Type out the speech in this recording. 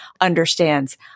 understands